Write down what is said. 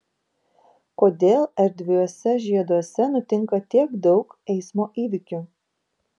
kodėl erdviuose žieduose nutinka tiek daug eismo įvykių